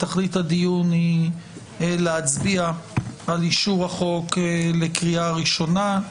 תכלית הדיון היא להצביע על אישור החוק לקריאה ראשונה.